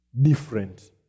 Different